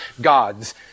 God's